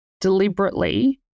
deliberately